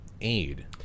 aid